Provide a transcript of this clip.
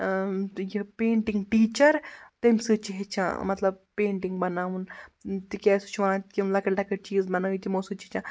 تہٕ یہِ painting teacher تَمہِ سۭتۍ چھِ ہیٚچھان مطلب پیٚنٛٹِنٛگ بَناوُن تِکیٛازِ سُہ چھِ وَنان یِم لۄکٕٹۍ لۄکٕٹۍ چیٖز بَنٲیِتھ سۭتۍ ہیٚچھان